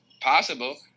possible